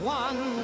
one